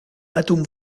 atome